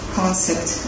concept